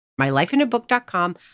mylifeinabook.com